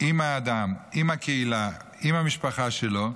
עם האדם, עם הקהילה, עם המשפחה שלו,